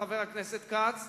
חבר הכנסת כץ,